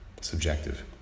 subjective